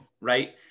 right